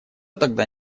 тогда